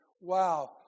wow